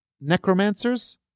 necromancers